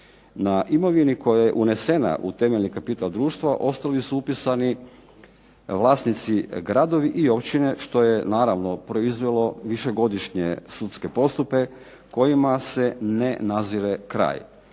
Na imovini koja je unesena u temeljni kapital društva ostali su upisani vlasnici gradovi i općine što je naravno proizvelo višegodišnje sudske postupke kojima se ne nazire kraj.